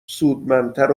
سودمندتر